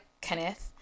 Kenneth